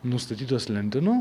nustatytos lentynų